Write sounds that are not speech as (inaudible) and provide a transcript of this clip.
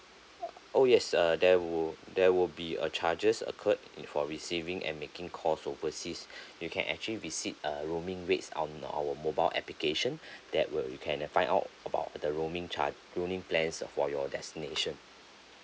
oh yes uh there would there would be a charges occur it for receiving and making calls overseas (breath) you can actually visit uh roaming rates on our mobile application (breath) that will you can find out about the roaming charge roaming plans for your destination